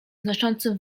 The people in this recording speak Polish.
znoszącym